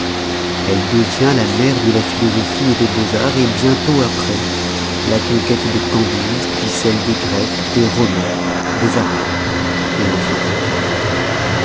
elle devient la mère de la philosophie des beaux-arts bientôt après la conquête de cambyse puis celle des grecs des romains des arabes enfin